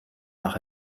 nach